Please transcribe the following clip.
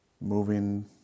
moving